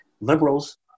liberals